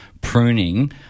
pruning